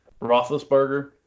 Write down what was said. Roethlisberger